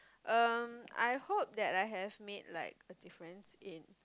um I hope that I have made like a difference in